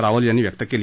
रावल यांनी व्यक्त केली